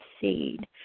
seed